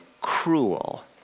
cruel